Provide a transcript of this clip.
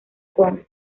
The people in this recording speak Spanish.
kong